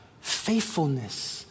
faithfulness